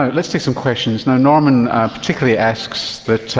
ah let's take some questions. now, norman particularly asks that